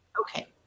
Okay